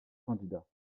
candidat